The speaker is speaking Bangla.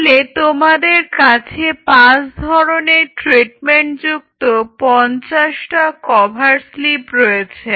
তাহলে তোমাদের কাছের পাঁচ ধরনের ট্রিটমেন্টযুক্ত 50 টা কভার স্লিপ রয়েছে